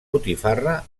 botifarra